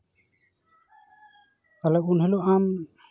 ᱛᱟᱞᱦᱮ ᱮᱱᱦᱤᱞᱳᱜ ᱟᱢ